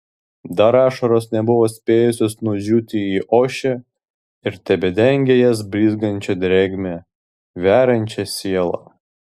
dar ašaros nebuvo spėjusios nudžiūti į ošę ir tebedengė jas blizgančia drėgme veriančia sielą